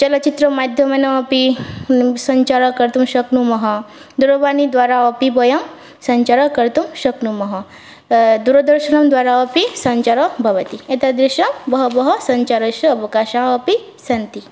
चलच्चित्रमाध्यमेन अपि सञ्चारं कर्तुं शक्नुमः दूरवाणीद्वारा अपि वयं सञ्चारं कर्तुं शक्नुमः दूरदर्शनद्वारा अपि सञ्चारः भवति एतादृशाः बहवः सञ्चारस्य अवकाशाः अपि सन्ति